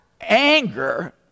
anger